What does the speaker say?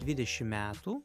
dvidešim metų